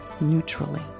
neutrally